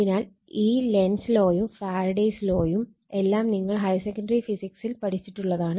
അതിനാൽ ഈ ലെൻസ് ലോയും Lenz's law ഫാരഡേസ് ലോയും എല്ലാം നിങ്ങൾ ഹയർ സെക്കണ്ടറി ഫിസിക്സിൽ പഠിച്ചിട്ടുള്ളതാണ്